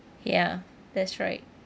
ya that's right